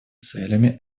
целями